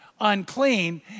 unclean